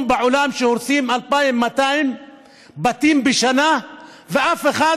בעולם שהורסים 2,200 בתים בשנה ואף אחד